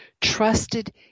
trusted